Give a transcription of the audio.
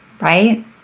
right